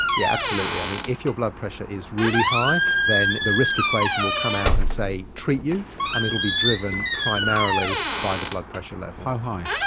yeah absolutely. i mean, if your blood pressure is really high, then the risk equation will come out and say treat you and it will be driven primarily by the blood pressure levels. like how high?